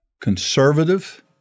conservative